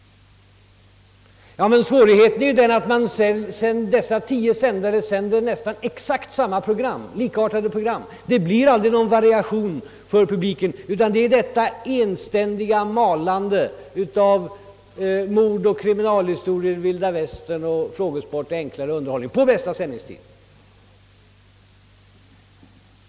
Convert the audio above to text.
Men som jag framhöll i mitt tidigare anförande sänder dessa stationer nästan exakt likartade program, och det blir inte någon variation för tittarna utan ett enständigt malande av mord, kriminalhistorier, vilda västern, frågesport och annan enklare underhållning på bästa sändningstid.